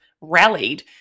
rallied